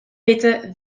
witte